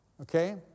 Okay